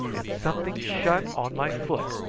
and something shut on my foot,